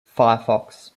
firefox